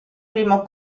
primo